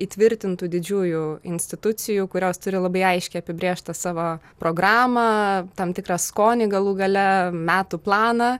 įtvirtintų didžiųjų institucijų kurios turi labai aiškiai apibrėžtą savo programą tam tikrą skonį galų gale metų planą